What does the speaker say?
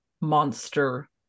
monster